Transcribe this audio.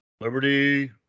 Liberty